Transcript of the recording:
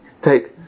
take